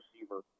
receiver